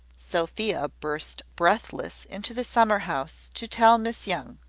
sophia burst breathless into the summer-house to tell miss young,